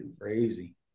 crazy